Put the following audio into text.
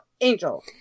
Angel